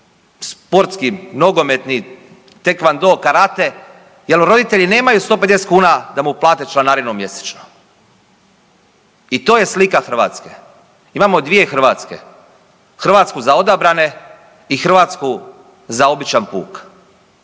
sportski, nogometni, tekvando, karate jel roditelji nemaju 150 kuna da mu plate članarinu mjesečno i to je slika Hrvatske. Imamo dvije Hrvatske, Hrvatsku za odabrane i Hrvatsku za običan puk.